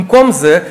במקום זה,